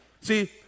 See